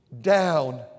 down